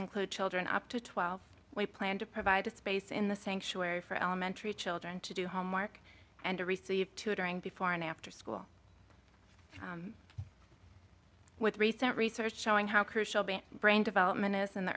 include children up to twelve we plan to provide a space in the sanctuary for elementary children to do homework and to receive tutoring before and after school with recent research showing how crucial brain development is in the